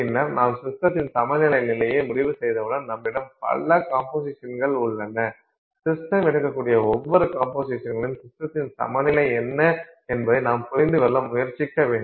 பின்னர் நாம் சிஸ்டத்தின் சமநிலை நிலையை முடிவு செய்தவுடன் நம்மிடம் பல கம்போசிஷன்கள் உள்ளன சிஸ்டம் எடுக்கக்கூடிய ஒவ்வொரு கம்போசிஷன்களையும் சிஸ்டத்தின் சமநிலை நிலை என்ன என்பதை நாம் புரிந்து கொள்ள முயற்சிக்க வேண்டும்